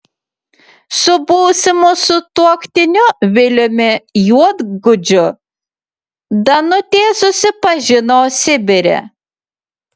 su būsimu sutuoktiniu viliumi juodgudžiu danutė susipažino sibire